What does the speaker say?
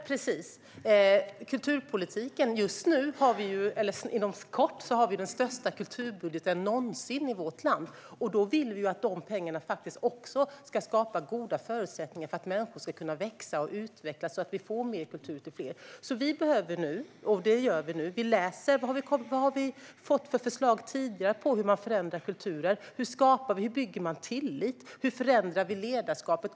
Fru talman! När det gäller kulturpolitiken har vi inom kort den största kulturbudgeten någonsin i vårt land. Då vill vi faktiskt att dessa pengar också ska skapa goda förutsättningar för att människor ska kunna växa och utvecklas och så att vi får mer kultur till fler. Vilka förslag har vi fått tidigare om hur man förändrar kulturer? Hur skapar och bygger man tillit? Hur förändrar vi ledarskapet?